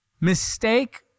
mistake